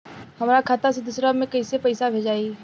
हमरा खाता से दूसरा में कैसे पैसा भेजाई?